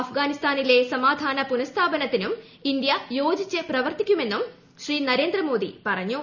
അഫ്ഗാനിസ്ഥാനിലെ സമാധാന പുനസ്ഥാപനത്തിനും ഇന്ത്യ യോജിച്ച് പ്രവർത്തിക്കുമെന്നും ശ്രീ നരേന്ദ്ര മോദി പറഞ്ഞു